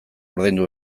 ordaindu